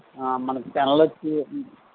మనకి పెన్లు వచ్చి